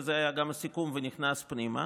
וזה היה גם הסיכום ונכנס פנימה,